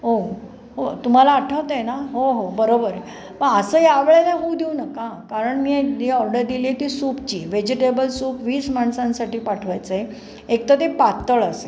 हो हो तुम्हाला आठवतं आहे ना हो हो बरोबर आहे प असं यावेळेला होऊ देऊ नका कारण मी ऑर्डर दिली ती सूपची व्हेजिटेबल सूप वीस माणसांसाठी पाठवायचं आहे एकतर ते पातळ असेल